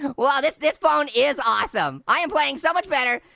wow, this this phone is awesome. i am playing so much better.